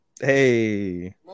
Hey